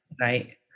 right